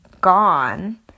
gone